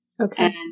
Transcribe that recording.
Okay